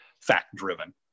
fact-driven